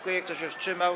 Kto się wstrzymał?